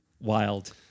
Wild